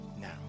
now